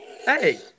Hey